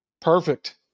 Perfect